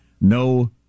No